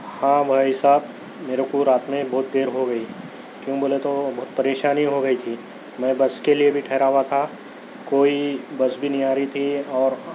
ہاں بھائی صاحب میرے کو رات میں بہت دیر ہوگئی کیوں بولے تو بہت پریشانی ہوگئی تھی میں بس کے لئے بھی ٹھہرا ہُوا تھا کوئی بس بھی نہیں آ رہی تھی اور